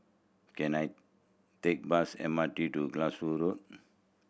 can I take bus M R T to Glasgow Road